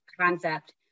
concept